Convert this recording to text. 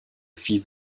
fils